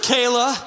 Kayla